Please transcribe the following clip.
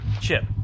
Chip